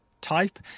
type